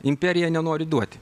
imperija nenori duoti